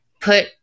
put